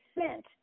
sent